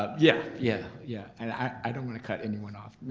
ah yeah, yeah, yeah. and i don't wanna cut anyone off.